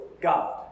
God